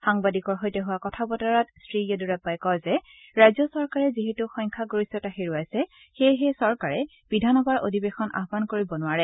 সাংবাদিকৰ সৈতে হোৱা কথা বতৰাত শ্ৰীয়েদুৰাপ্পাই কয় যে ৰাজ্য চৰকাৰে যিহেতু সংখ্যাগৰিষ্ঠতা হেৰুৱাইছে সেয়েহে চৰকাৰে বিধানসভাৰ অধিৱেশন আহ্মন কৰিব নোৱাৰে